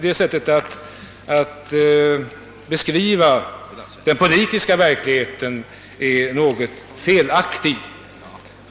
Det sättet att beskriva den politiska verksamheten är något felaktigt.